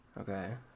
Okay